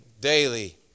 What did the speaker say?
daily